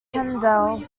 kendall